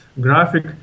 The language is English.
graphic